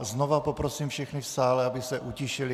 Znova poprosím všechny v sále, aby se utišili.